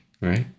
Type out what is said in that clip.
Right